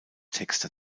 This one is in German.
texter